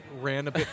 random